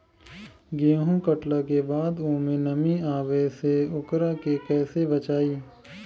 गेंहू कटला के बाद ओमे नमी आवे से ओकरा के कैसे बचाई?